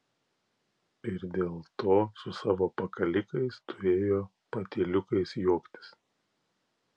ir dėl to su savo pakalikais turėjo patyliukais juoktis